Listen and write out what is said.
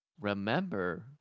remember